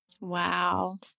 Wow